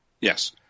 Yes